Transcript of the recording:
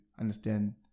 understand